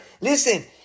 Listen